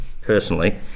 personally